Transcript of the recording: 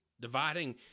dividing